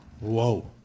Whoa